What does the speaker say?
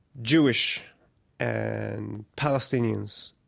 jewish and palestinians,